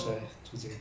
你